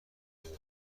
این